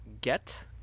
Get